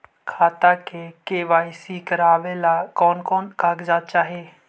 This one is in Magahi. खाता के के.वाई.सी करावेला कौन कौन कागजात चाही?